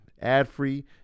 ad-free